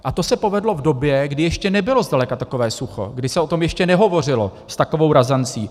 A to se povedlo v době, kdy ještě nebylo zdaleka takové sucho, kdy se o tom ještě nehovořilo s takovou razancí.